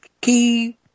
key